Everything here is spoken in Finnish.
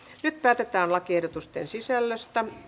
nyt päätetään lakiehdotusten sisällöstä